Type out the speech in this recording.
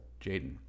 Jaden